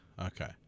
okay